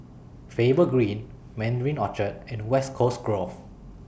Faber Green Mandarin Orchard and West Coast Grove